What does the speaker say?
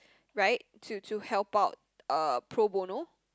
right to to help out uh pro bono